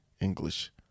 English